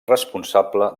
responsable